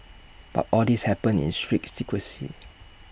but all this happened in strict secrecy